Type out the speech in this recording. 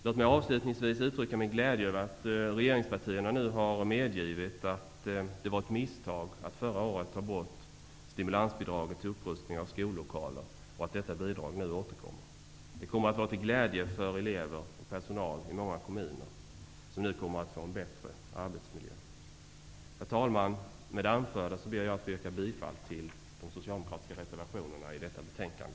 Låt mig avslutningsvis uttrycka min glädje över att regeringspartierna nu har medgivit att det var ett misstag att förra året ta bort stimulansbidraget till upprustning av skollokaler, och att detta bidrag nu återkommer. Det kommer i många kommuner att vara till glädje för elever och personal, som nu kommer att få en bättre arbetsmiljö. Herr talman! Med det anförda ber jag att få yrka bifall till de socialdemokratiska reservationerna i detta betänkande.